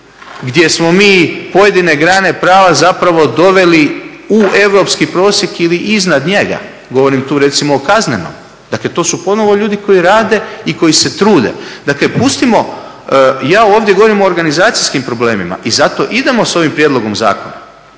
gdje smo mi pojedine grane prava zapravo doveli u europski prosjek ili iznad njega. Govorim tu recimo o kaznenom. Dakle, to su ponovo ljudi koji rade i koji se trude. Dakle, pustimo, ja ovdje govorim ovdje o organizacijskim problemima i zato idemo s ovim prijedlogom zakona